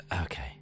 Okay